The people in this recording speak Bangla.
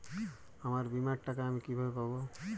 আমার বীমার টাকা আমি কিভাবে পাবো?